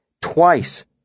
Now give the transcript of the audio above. Twice